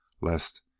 lest